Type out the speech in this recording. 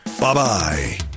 Bye-bye